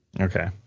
Okay